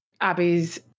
Abby's